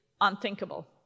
unthinkable